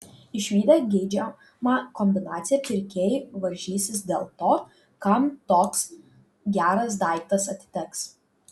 išvydę geidžiamą kombinaciją pirkėjai varžysis dėl to kam toks geras daiktas atiteks